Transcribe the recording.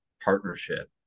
partnership